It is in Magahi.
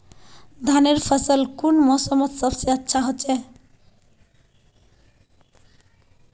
धानेर फसल कुन मोसमोत सबसे अच्छा होचे?